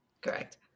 Correct